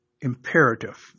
imperative